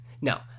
No